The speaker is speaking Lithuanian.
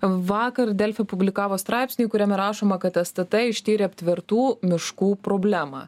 vakar delfi publikavo straipsnį kuriame rašoma kad stt ištyrė aptvertų miškų problemą